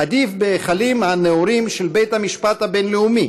עדיף בהיכלים הנאורים של בית-משפט בין-לאומי,